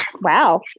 Wow